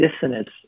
dissonance